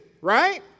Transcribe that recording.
right